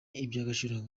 iby’agaciro